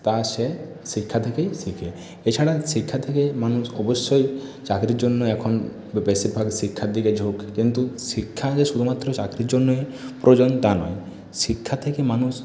তা সে শিক্ষা থেকেই শেখে এছাড়া শিক্ষা থেকেই মানুষ অবশ্যই চাকরির জন্য এখন বেশিরভাগ শিক্ষার দিকে ঝোঁক কিন্তু শিক্ষা যে শুধুমাত্র চাকরির জন্যই প্রয়োজন তা নয় শিক্ষা থেকে মানুষ